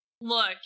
look